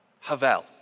Havel